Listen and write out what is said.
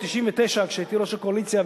ב-1999,